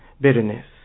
bitterness